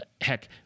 Heck